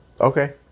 Okay